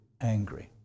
angry